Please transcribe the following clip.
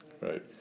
Right